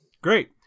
great